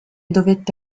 dovette